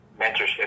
mentorship